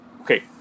Okay